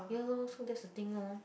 ya lor so that's the thing lor